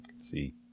See